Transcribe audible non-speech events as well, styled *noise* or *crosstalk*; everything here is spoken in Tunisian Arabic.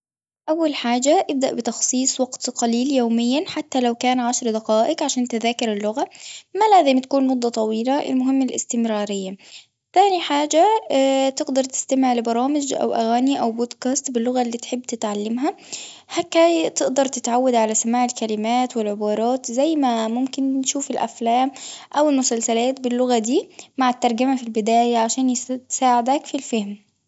أول حاجة إبدأ بتخصيص وقت قليل يوميًا حتى لو كان عشر دقائق عشان تذاكر اللغة، ما لازم تكون مدة طويلة المهم الاستمرارية، ثاني حاجة *hesitation* تقدر تستمع لبرامج أو اغاني أو بودكاست باللغة اللي تحب تتعلمها، هكا تقدر تتعود على سماع الكلمات والعبارات زي ما ممكن تشوف الأفلام أو المسلسلات باللغة دي مع الترجمة في البداية عشان تساعدك في الفهم.